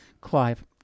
Clive